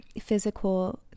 physical